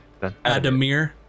Adamir